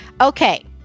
Okay